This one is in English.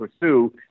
pursue